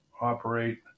operate